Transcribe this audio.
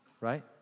right